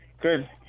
Good